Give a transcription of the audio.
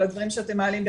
אבל הדברים שאתם מעלים,